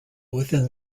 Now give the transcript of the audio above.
within